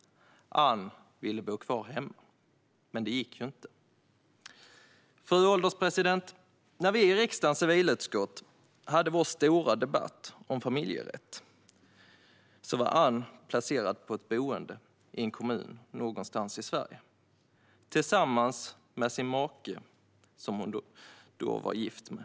Ann ville bo kvar hemma, men det gick ju inte. Fru ålderspresident! När vi i riksdagens civilutskott hade vår stora debatt om familjerätt var Ann placerad på ett boende i en kommun någonstans i Sverige - tillsammans med sin make, som hon då var gift med.